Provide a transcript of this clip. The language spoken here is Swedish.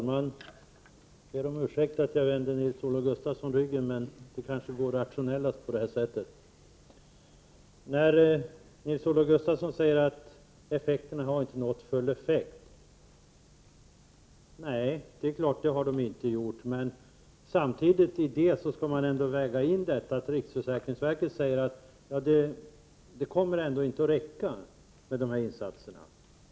Fru talman! Nils-Olof Gustafsson säger att det inte har blivit full effekt av åtgärderna ännu. Det är riktigt, men man skall samtidigt väga in att riksförsäkringsverket säger att insatserna inte kommer att räcka.